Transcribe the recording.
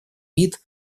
вид